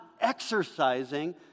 exercising